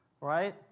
right